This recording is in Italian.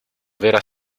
vera